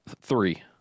Three